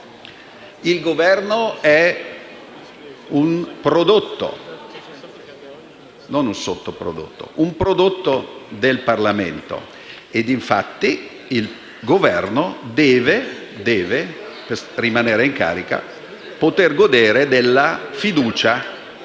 Il Governo è un prodotto - non un sottoprodotto, ma un prodotto - del Parlamento, e infatti deve rimanere in carica e poter godere della fiducia